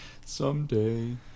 someday